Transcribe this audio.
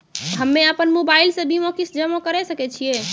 हम्मे अपन मोबाइल से बीमा किस्त जमा करें सकय छियै?